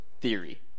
theory